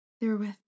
Therewith